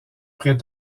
près